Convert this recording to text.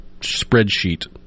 spreadsheet